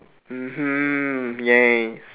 mmhmm yes